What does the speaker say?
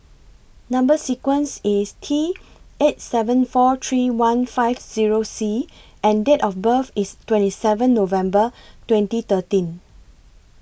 Number sequence IS T eight seven four three one five Zero C and Date of birth IS twenty seven November twenty thirteen